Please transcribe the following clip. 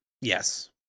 Yes